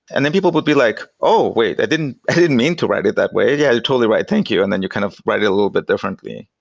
and then people would be like, oh, wait. i didn't didn't mean to write it that way. yeah, you're totally right. thank you. and then you kind of write it a little bit differently.